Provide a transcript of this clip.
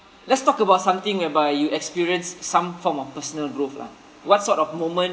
let's talk about something whereby you experienced some form of personal growth lah what sort of moment